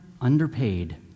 underpaid